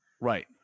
Right